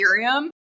Ethereum